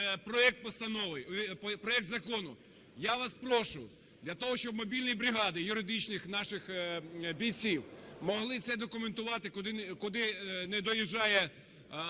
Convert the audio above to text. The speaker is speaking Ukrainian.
проект закону. Я вас прошу для того, щоб мобільні бригади юридичних наших бійців могли це документувати, куди не доїжджає